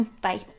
Bye